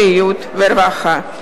בריאות ורווחה.